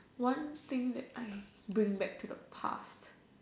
one thing that I bring back to the past